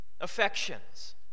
affections